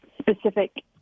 specific